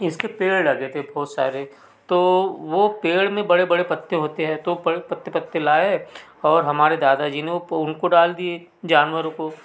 इसके पेड़ लगे थे बहुत सारे तो वो पेड़ में बड़े बड़े पत्ते होते हैं तो पत्ते पत्ते लाए और हमारे दादा जी ने उनको डाल दिए जानवरों को